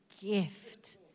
gift